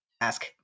ask